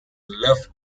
love